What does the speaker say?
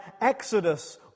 Exodus